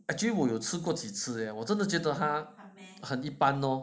actually 我有吃过几次我真的觉得哈很一般 lor